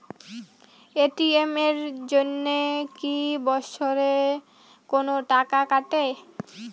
ATM এর জন্যে কি বছরে কোনো টাকা কাটে?